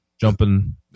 jumping